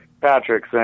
Patrick